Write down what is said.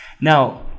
Now